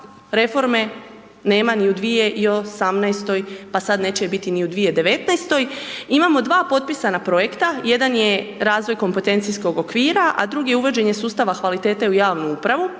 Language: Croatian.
reforme nema ni u 2018., pa sada neće biti ni u 2019. Imamo dva potpisana projekta, jedan je Razvoj kompetencijskog okvira, a drugi Uvođenje sustava kvalitete u javnu upravu.